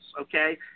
okay